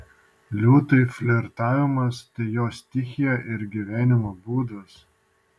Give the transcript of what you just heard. liūtui flirtavimas tai jo stichija ir gyvenimo būdas